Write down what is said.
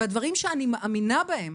בדברים שאני מאמינה בהם,